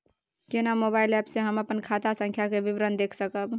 केना mobile app से हम अपन खाता संख्या के विवरण देख सकब?